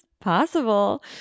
possible